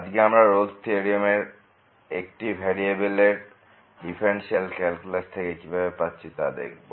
আজকে আমরা Rolle's theorem Rolle's Theorem একটি ভেরিয়েবলের ডিফারেন্সিয়াল ক্যালকুলাস থেকে কিভাবে পাচ্ছি তা দেখব